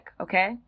okay